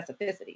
specificity